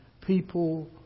people